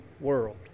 world